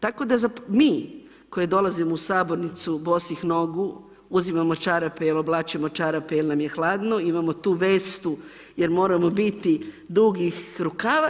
Tako da mi, koje dolazimo u sabornicu bosih nogu, uzimamo čarape jer oblačimo čarape jer nam je hladno, imamo tu vestu jer moramo biti dugih rukava.